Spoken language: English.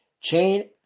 chain